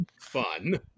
fun